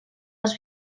les